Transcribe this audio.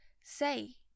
say